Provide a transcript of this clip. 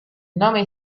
nome